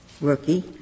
rookie